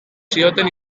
zioten